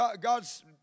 God's